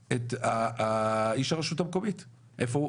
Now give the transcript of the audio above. את איש הרשות המקומית, איפה הוא?